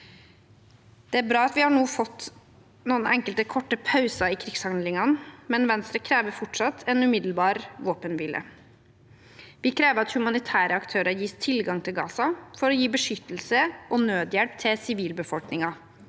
Det er bra at vi nå har fått enkelte korte pauser i krigshandlingene, men Venstre krever fortsatt en umiddelbar våpenhvile. Vi krever at humanitære aktører gis tilgang til Gaza for å gi beskyttelse og nødhjelp til sivilbefolkningen,